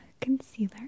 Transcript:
concealer